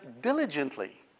diligently